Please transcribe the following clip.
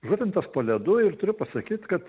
žuvintas po ledu ir turiu pasakyt kad